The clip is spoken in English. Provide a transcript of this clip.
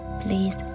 please